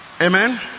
Amen